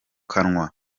kanwa